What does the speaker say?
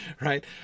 right